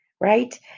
right